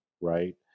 right